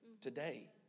today